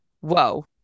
whoa